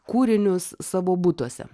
kūrinius savo butuose